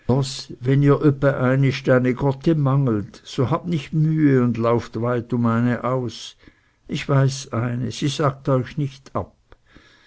wenn ihr öppe einist eine gotte mangelt so habt nicht mühe und lauft weit um eine aus ich weiß eine sie sagt euch nicht ab